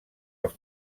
els